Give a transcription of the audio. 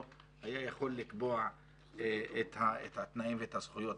היה יכול לקבוע את התנאים ואת הזכויות.